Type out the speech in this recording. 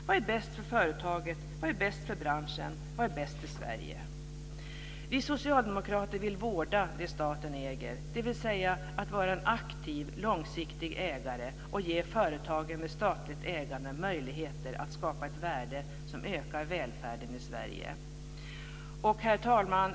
Vad är bäst för företaget? Vad är bäst för branschen? Vad är bäst för Sverige? Vi socialdemokrater vill vårda det staten äger, dvs. vara en aktiv långsiktig ägare och ge företagen med statligt ägande möjligheter att skapa ett värde som ökar välfärden i Sverige. Herr talman!